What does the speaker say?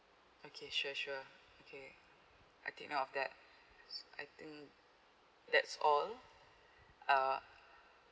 okay sure sure okay I'll take note of that I think that's all uh